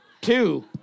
Two